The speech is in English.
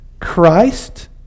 Christ